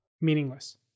meaningless